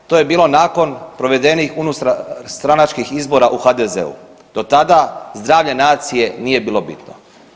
To je bilo nakon provedenih unutarstranačkih izbora u HDZ-u, do tada zdravlje nacije nije bilo bitno.